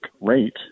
rate